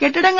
കെട്ടിടങ്ങൾ